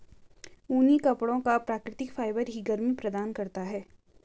ऊनी कपड़ों का प्राकृतिक फाइबर ही गर्मी प्रदान करता है